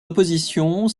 opposition